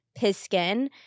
Piskin